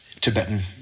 Tibetan